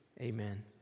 Amen